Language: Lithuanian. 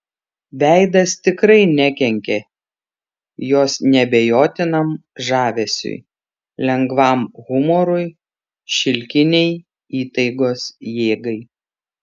veidas tikrai nekenkė jos neabejotinam žavesiui lengvam humorui šilkinei įtaigos jėgai